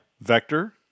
Vector